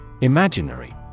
Imaginary